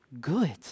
good